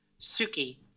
Suki